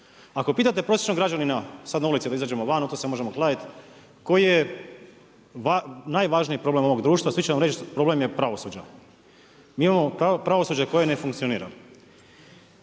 Ako pitate prosječnog građanina sad na ulici da izađemo van, u to se možemo kladiti, koji je najvažniji problem ovog društva, svi će vam reći problem je pravosuđa. mi imamo pravosuđe koje ne funkcionira.